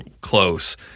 close